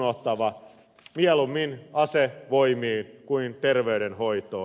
rahaa mieluummin asevoimiin kuin terveydenhoitoon